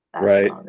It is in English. Right